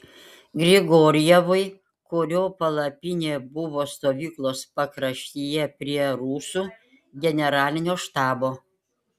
grigorjevui kurio palapinė buvo stovyklos pakraštyje prie rusų generalinio štabo